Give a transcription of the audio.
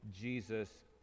Jesus